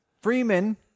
Freeman